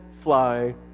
fly